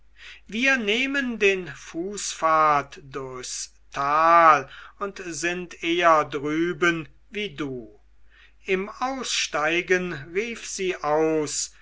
wir nehmen den fußpfad durchs tal und sind eher drüben wie du im aussteigen rief sie aus